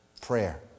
Prayer